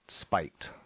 spiked